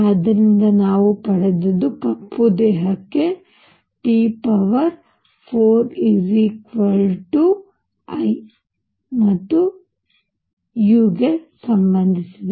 ಆದ್ದರಿಂದ ನಾವು ಪಡೆದದ್ದು ಕಪ್ಪು ದೇಹಕ್ಕೆ T4 I ಮತ್ತು u ಸಂಬಂಧಿಸಿದೆ